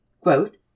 Quote